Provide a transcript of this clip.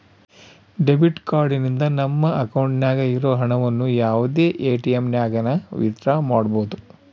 debit card ನಿಂದ ನಮ್ಮ ಅಕೌಂಟ್ನಾಗ ಇರೋ ಹಣವನ್ನು ಯಾವುದೇ ಎಟಿಎಮ್ನಾಗನ ವಿತ್ ಡ್ರಾ ಮಾಡ್ಬೋದು